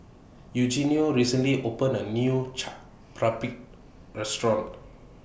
Eugenio recently opened A New Chaat Papri Restaurant